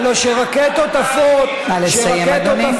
הלוא כשרקטות עפות, נא לסיים, אדוני.